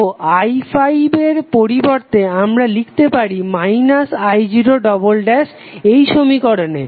তো i5 এর পরিবর্তে আমরা লিখতে পারি i0 এই সমীকরণে